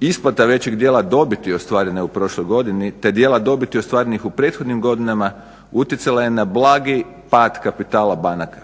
Isplata većeg djela dobiti ostvarene u prošloj godini te djela dobiti ostvarene u prethodnim godinama utjecala je na blagi pad kapitala banaka.